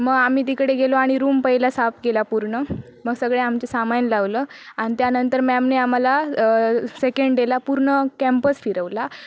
मग आम्ही तिकडे गेलो आणि रूम पहिल्या साफ केल्या पूर्ण मग सगळे आमचे सामान लावलं आणि त्यानंतर मॅमने आम्हाला सेकंड डेला पूर्ण कॅम्पस फिरवला